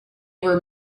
were